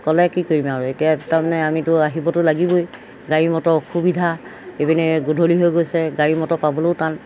ক'লে কি কৰিম আৰু এতিয়া তাৰমানে আমিতো আহিবতো লাগিবই গাড়ী মটৰ অসুবিধা ইপিনে এই গধূলি হৈ গৈছে গাড়ী মটৰ পাবলৈও টান